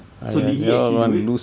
so did he actually do it